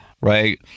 Right